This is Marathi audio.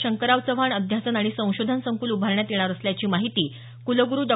शंकरराव चव्हाण अध्यासन आणि संशोधन संकुल उभारण्यात येणार असल्याची माहिती कुलग्रु डॉ